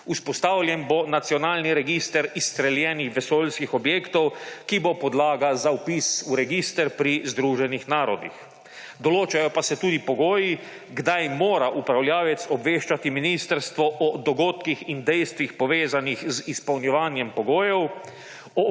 Vzpostavljen bo nacionalni register izstreljenih vesoljskih objektov, ki bo podlaga za vpis v register pri Združenih narodih. Določajo pa se tudi pogoji, kdaj mora upravljalec obveščati ministrstvo o dogodkih in dejstvih, povezanih z izpolnjevanjem pogojev